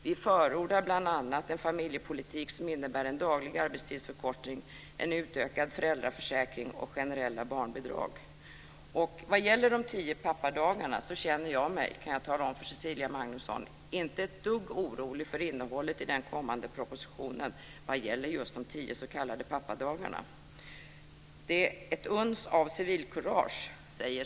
Vi förordar bl.a. en familjepolitik som innebär en daglig arbetstidsförkortning, en utökad föräldraförsäkring och generella barnbidrag. Vad gäller de tio s.k. pappadagarna kan jag tala om för Cecilia Magnusson att jag inte känner mig ett dugg orolig för innehållet i den kommande propositionen. Cecilia Magnusson talar om ett uns av civilkurage.